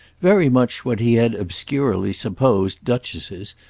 very much what he had obscurely supposed duchesses,